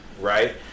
Right